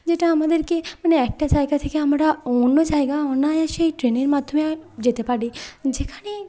যেটা আমাদেরকে মানে একটা জায়গা থেকে আমরা অন্য জায়গা অনায়াসে এই ট্রেনের মাধ্যমে যেতে পারি যেখানে